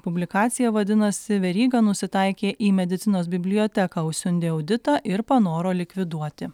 publikacija vadinasi veryga nusitaikė į medicinos biblioteką užsiundė auditą ir panoro likviduoti